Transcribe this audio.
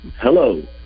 Hello